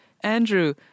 Andrew